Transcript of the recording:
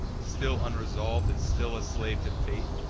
still unresolv'd, and still a slave to fate?